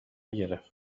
گرفت